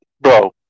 bro